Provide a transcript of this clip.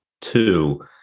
two